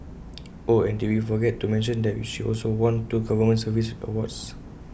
oh and did we forget to mention that she also won two government service awards